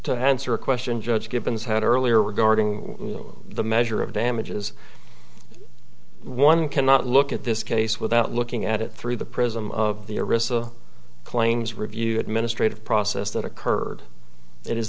are a question judge givens had earlier regarding the measure of damages one cannot look at this case without looking at it through the prism of the arista claims review administrative process that occurred it is